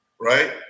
right